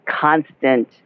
constant